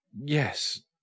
Yes